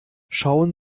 schauen